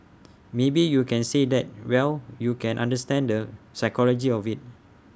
maybe you can say that well you can understand the psychology of IT